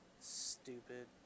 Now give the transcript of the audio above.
stupid